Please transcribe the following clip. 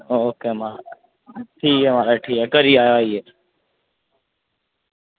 ठीक ऐ म्हाराज ठीक ऐ करी जायो एह् कम्म